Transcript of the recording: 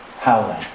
howling